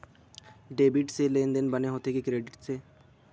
Debit से लेनदेन बने होथे कि क्रेडिट से?